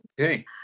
Okay